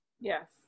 Yes